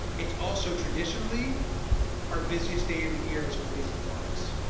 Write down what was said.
it's also traditionally our busiest day of the year as it relates to parks.